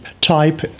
type